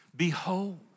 Behold